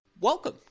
welcome